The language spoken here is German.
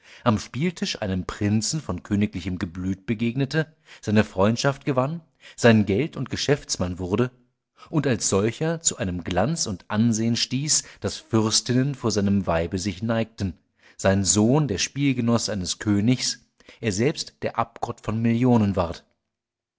am spieltisch einem prinzen von königlichem geblüt begegnete seine freundschaft gewann sein geld und geschäftsmann wurde und als solcher zu einem glanz und ansehn stieg daß fürstinnen vor seinem weibe sich neigten sein sohn der spielgenoß eines königs und er selbst der abgott von millionen ward